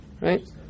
Right